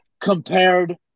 Compared